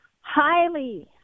Highly